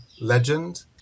legend